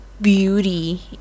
beauty